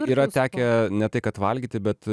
yra tekę ne tai kad valgyti bet